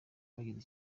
bagize